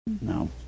No